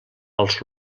els